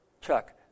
Chuck